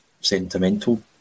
sentimental